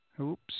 Oops